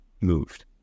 moved